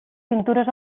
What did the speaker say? pintures